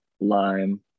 lime